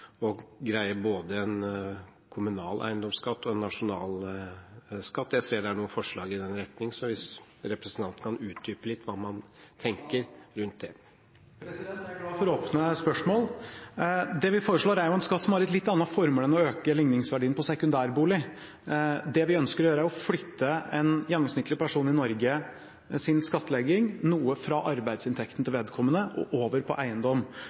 å greie både en kommunal eiendomsskatt og en nasjonal eiendomsskatt? Jeg ser det er noen forslag i den retning, så kan representanten utdype litt hva man tenker rundt det? Jeg er glad for åpne spørsmål. Det vi foreslår, er en skatt som har et litt annet formål enn å øke likningsverdien på sekundærbolig. Det vi ønsker å gjøre, er å flytte en gjennomsnittlig person i Norge sin skattlegging noe fra arbeidsinntekten til vedkommende og over på eiendom.